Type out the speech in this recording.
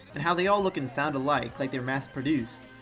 and how they all look and sound alike, like they're mass-produced.